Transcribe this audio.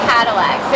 Cadillac